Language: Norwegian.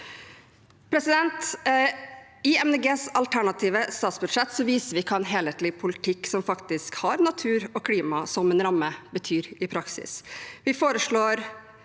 Grønnes alternative statsbudsjett viser vi hva en helhetlig politikk som faktisk har natur og klima som en ramme, betyr i praksis.